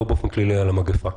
לא באופן כללי על המגפה.